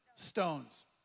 stones